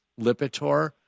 Lipitor